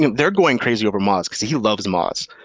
they're going crazy over moths because he loves moths.